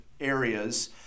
areas